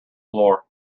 floor